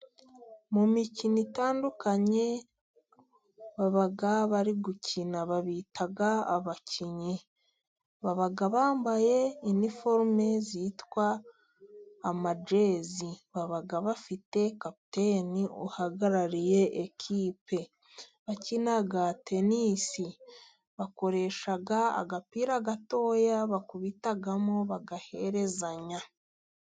Mu mikino itandukanye baba bari gukina, babita abakinnyi, baba bambaye indiforume yitwa amajezi, baba bafite kapiteni uhagarariye ikipe, bakina tenisi bakoresha agapira gatoya bakubitamo bagaherezanya.